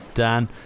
Dan